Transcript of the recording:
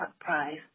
price